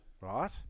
Right